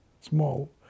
small